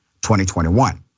2021